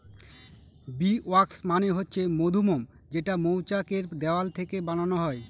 bee wax মানে হচ্ছে মধুমোম যেটা মৌচাক এর দেওয়াল থেকে বানানো হয়